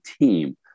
team